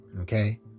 Okay